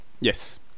Yes